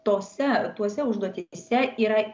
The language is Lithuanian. tose tose užduotyse yra